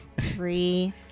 Three